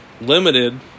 limited